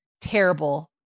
terrible